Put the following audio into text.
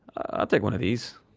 i'll take one of these.